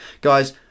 Guys